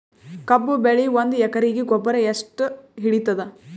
ಕಬ್ಬು ಬೆಳಿ ಒಂದ್ ಎಕರಿಗಿ ಗೊಬ್ಬರ ಎಷ್ಟು ಹಿಡೀತದ?